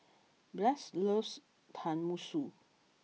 Blas loves Tenmusu